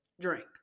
drink